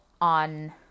on